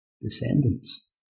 descendants